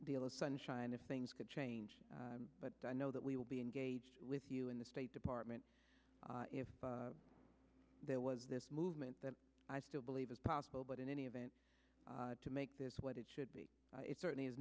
deal of sunshine if things could change but i know that we will be engaged with you in the state department if there was this movement that i still believe is possible but in any event to make this what it should be it certainly is